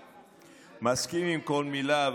מסכים לכל מילה.